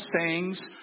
sayings